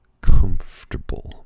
comfortable